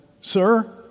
Sir